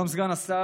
שלום, סגן השר.